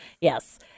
Yes